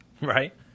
Right